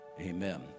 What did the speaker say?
Amen